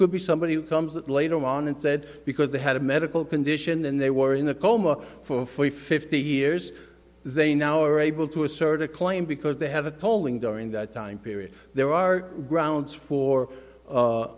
could be somebody who comes out later on and said because they had a medical condition and they were in a coma for forty fifty years they now are able to assert a claim because they have a tolling during that time period there are grounds for